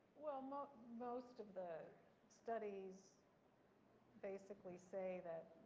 well most most of the studies basically say that